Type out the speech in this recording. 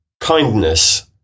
kindness